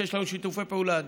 שיש לנו שיתופי פעולה אדירים,